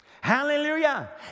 Hallelujah